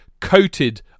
coated